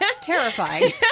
terrifying